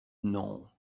non